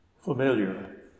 Familiar